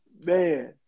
Man